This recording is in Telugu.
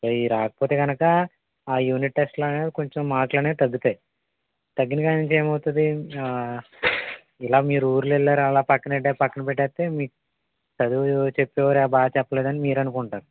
ఇవి రాయకపోతే గనుక యూనిట్ టెస్టులనేది కొంచెం మార్క్లనేది తగ్గుతాయి తగ్గినకాన్నించి ఏమవుతుంది ఇలా మీరు ఊర్లెళ్ళారు అలా పక్కనపెట్టే పక్కన పెట్టేస్తే మీకు చదువు చెప్పేవారు బాగా చెప్పలేదని మీరనుకుంటారు